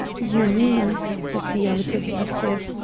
you mean, said the amateur detective,